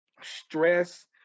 stress